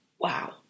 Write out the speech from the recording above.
Wow